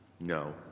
No